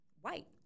white